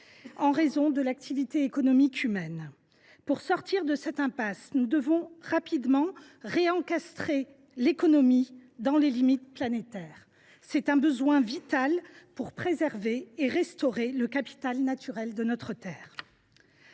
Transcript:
en raison de l’activité économique humaine. Pour sortir de cette impasse, nous devons rapidement « réencastrer » l’économie dans le cadre des limites planétaires. C’est un besoin vital pour préserver et restaurer le capital naturel de notre Terre.